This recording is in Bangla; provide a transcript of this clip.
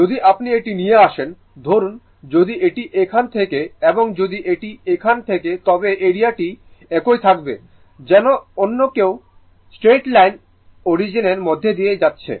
যদি আপনি এটি নিয়ে আসেন ধরুন যদি এটি এখানে থাকে এবং যদি এটি এখানে থাকে তবে এরিয়া টি একই থাকবে যেন অন্য একটি স্ট্রেইট লাইন অরিজিনের মধ্য দিয়ে যাচ্ছে